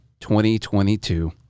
2022